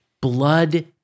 Blood